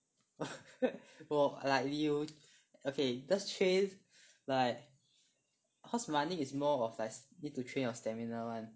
like you okay just train like cause running is more of like need to train your stamina [one]